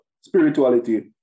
spirituality